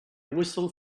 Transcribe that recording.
whistle